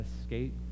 escape